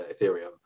Ethereum